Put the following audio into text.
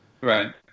Right